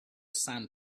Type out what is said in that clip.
sand